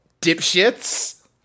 dipshits